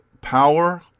power